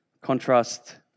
Contrast